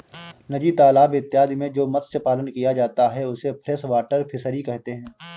नदी तालाब इत्यादि में जो मत्स्य पालन किया जाता है उसे फ्रेश वाटर फिशरी कहते हैं